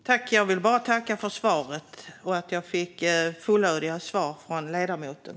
Fru talman! Jag tackar för det fullödiga svaret från ledamoten.